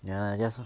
ya just